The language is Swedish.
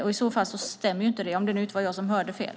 I så fall stämmer inte det, om jag nu inte hörde fel.